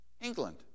England